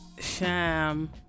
Sham